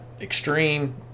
extreme